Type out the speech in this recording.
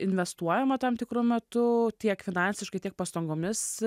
investuojama tam tikru metu tiek finansiškai tiek pastangomis